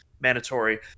mandatory